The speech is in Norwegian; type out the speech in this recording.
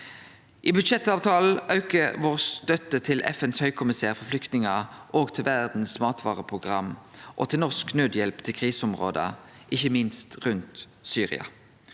I budsjettavtalen aukar vår støtte til FNs høgkommissær for flyktningar, til Verdens matvareprogram og til norsk naudhjelp til kriseområder – ikkje minst rundt Syria.